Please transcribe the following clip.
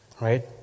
right